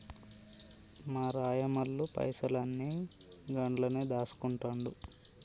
మా రాయమల్లు పైసలన్ని గండ్లనే దాస్కుంటండు